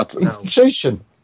Institution